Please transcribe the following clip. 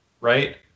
right